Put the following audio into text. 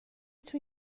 توی